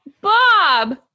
Bob